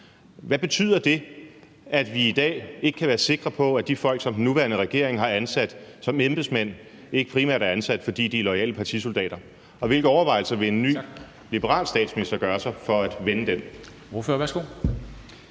Hvad betyder det, at vi i dag ikke kan være sikre på, at de folk, som den nuværende regering har ansat som embedsmænd, ikke primært er ansat, fordi de er loyale partisoldater? Og hvilke overvejelser vil en ny liberal statsminister gøre sig for at vende det?